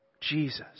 Jesus